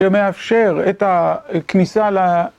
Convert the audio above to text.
שמאפשר את הכניסה ל...